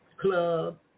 club